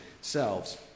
selves